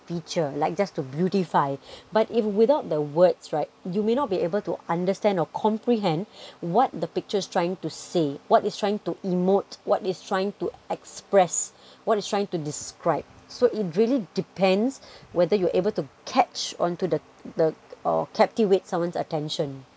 feature like just to beautify but if without the words right you may not be able to understand or comprehend what the picture is trying to say what it is trying to emote what is trying to express what it is trying to describe so it really depends whether you are able to catch onto the the or captivate someone's attention